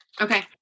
Okay